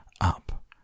up